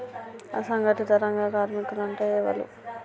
అసంఘటిత రంగ కార్మికులు అంటే ఎవలూ?